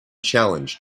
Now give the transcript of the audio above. challenge